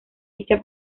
ficha